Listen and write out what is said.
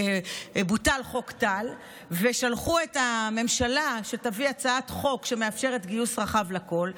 כשבוטל חוק טל ושלחו את הממשלה להביא הצעת חוק שמאפשרת גיוס רחב לכול,